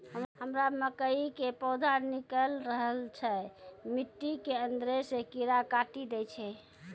हमरा मकई के पौधा निकैल रहल छै मिट्टी के अंदरे से कीड़ा काटी दै छै?